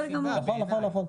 נכון.